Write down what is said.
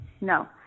No